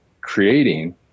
creating